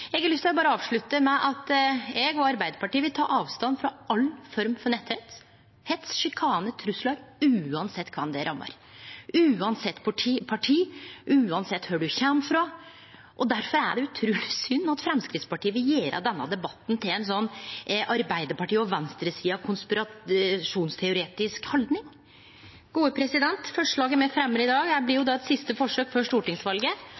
Eg har berre lyst til å avslutte med at eg og Arbeidarpartiet vil ta avstand frå alle former for netthets, hets, sjikane og trugslar, uansett kven det rammar, uansett parti, uansett kvar ein kjem frå. Difor er det utruleg synd at Framstegspartiet vil gjere denne debatten til Arbeidarpartiets og venstresidas konspirasjonsteoretiske haldning. Forslaget me fremjar i dag, blir eit siste forsøk før stortingsvalet. Eg er